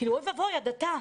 כאילו אוי ואבוי, הדתה.